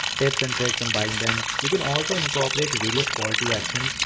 tips and tricks on buying them. you can also incorporate various call to action,